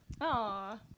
Aw